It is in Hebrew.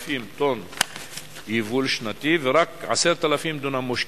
6,000 טון יבול שנתי, ורק 10,000 דונם מושקים.